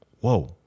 whoa